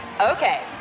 Okay